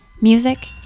Music